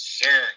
sir